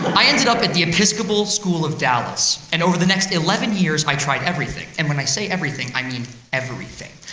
i ended up at the episcopal school of dallas. and over the next eleven years, i tried everything. and when i say everything, i mean everything.